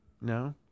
No